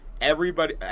Everybody-